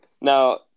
now